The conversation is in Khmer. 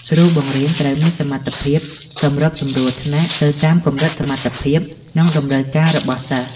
គ្រូបង្រៀនត្រូវមានសមត្ថភាព សម្របសម្រួលថ្នាក់ ទៅតាមកម្រិតសមត្ថភាព និងតម្រូវការរបស់សិស្ស។